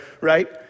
right